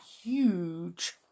huge